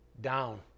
down